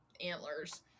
antlers